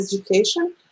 education